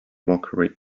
mockery